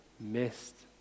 missed